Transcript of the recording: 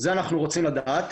לגבי זה אנחנו רוצים לדעת.